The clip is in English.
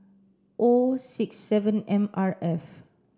O six seven M R F